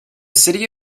city